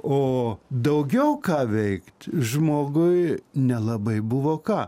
o daugiau ką veikt žmogui nelabai buvo ką